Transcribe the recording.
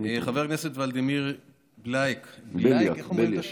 חבר הכנסת ולדימיר בלאיק, איך אומרים את השם?